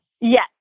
Yes